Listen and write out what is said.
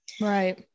Right